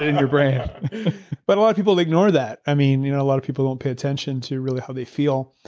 your brain but a lot of people ignore that. i mean, you know a lot of people don't pay attention to really how they feel.